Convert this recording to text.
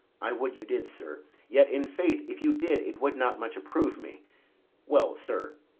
i would you did, sir yet, in faith, if you did, it would not much approve me well, sir.